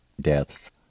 deaths